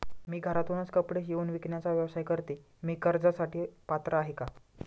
मी घरातूनच कपडे शिवून विकण्याचा व्यवसाय करते, मी कर्जासाठी पात्र आहे का?